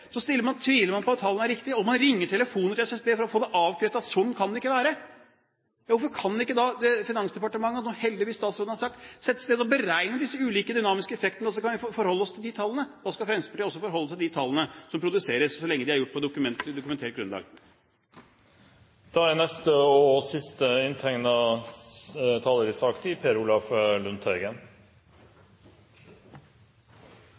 tviler man på at tallene er riktig. Man ringer til SSB for å få avkreftet at sånn kan det ikke være. Hvorfor kan ikke da Finansdepartementet – som nå heldigvis statsråden har sagt han skal – sette seg ned å beregne disse ulike dynamiske effektene, og så kan vi forholde oss til de tallene. Da skal Fremskrittspartiet også forholde seg til de tallene som produseres – så lenge de er fremkommet på dokumentert grunnlag. Neste – og siste inntegnede – taler er Per Olaf Lundteigen.